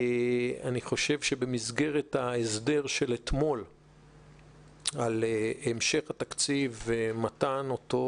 אני חושב שבמסגרת ההסדר של אתמול להמשך התקציב ומתן אותה